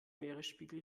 meeresspiegel